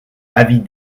avis